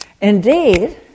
Indeed